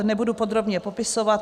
Nebudu ho podrobně popisovat.